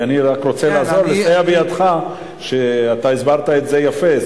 אני רק רוצה לסייע בידך, שאתה הסברת את זה יפה.